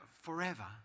forever